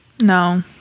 No